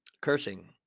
cursing